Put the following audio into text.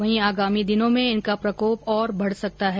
वहीं आगामी दिनों में इनका प्रकोप और बढ़ सकता है